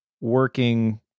working